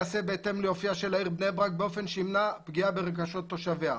יעשה בהתאם לאופייה של העיר בני ברק באופן שימנע פגיעה ברגשות תושביה".